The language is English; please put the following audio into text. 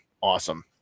awesome